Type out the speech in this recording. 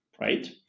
right